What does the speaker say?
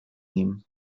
nim